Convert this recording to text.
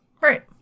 Right